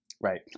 Right